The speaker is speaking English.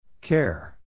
Care